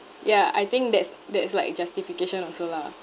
ya I think that's that's like justification also lah